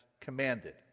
commanded